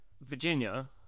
Virginia